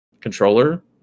Controller